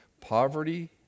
poverty